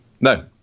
No